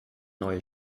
neue